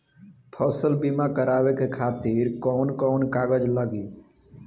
फसल बीमा करावे खातिर कवन कवन कागज लगी?